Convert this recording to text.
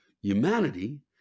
humanity